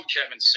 Kevin